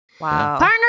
Wow